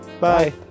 Bye